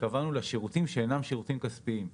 התכוונו לשירותים שאינם שירותים כספיים.